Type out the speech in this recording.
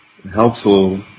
helpful